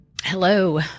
Hello